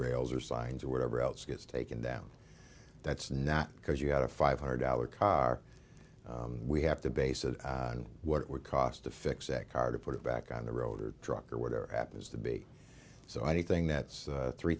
guardrails or signs or whatever else gets taken down that's not because you had a five hundred dollar car we have to base it on what it would cost to fix a car to put it back on the road or truck or whatever happens to be so anything that's three